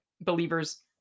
believers